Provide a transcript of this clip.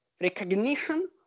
recognition